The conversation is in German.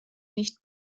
nicht